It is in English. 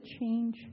change